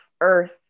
earth